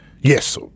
Yes